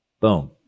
boom